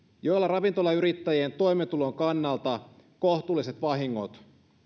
joilla ravintolayrittäjien toimeentulon kannalta kohtuulliset vahingot